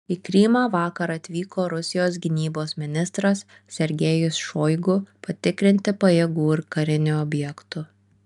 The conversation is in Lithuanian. į krymą vakar atvyko rusijos gynybos ministras sergejus šoigu patikrinti pajėgų ir karinių objektų